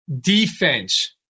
defense